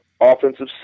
offensive